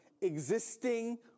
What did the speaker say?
existing